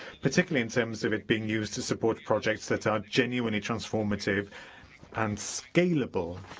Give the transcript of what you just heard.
particularly in terms of it being used to support projects that are genuinely transformative and scalable,